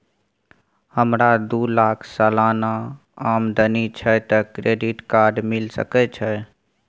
हमरा दू लाख सालाना आमदनी छै त क्रेडिट कार्ड मिल सके छै?